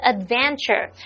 Adventure